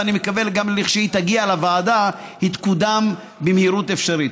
ואני מקווה שכשהיא תגיע לוועדה היא תקודם במהירות האפשרית.